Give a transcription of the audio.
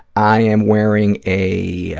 i am wearing a,